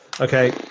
Okay